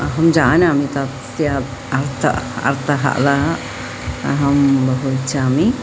अहं जानामि तस्य अर्थः अर्थः अर्थः अतः अहं बहु इच्छामि